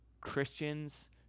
Christians